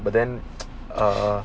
but then err